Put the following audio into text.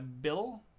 Bill